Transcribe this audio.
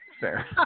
Fair